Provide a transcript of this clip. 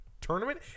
Tournament